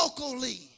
locally